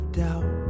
doubt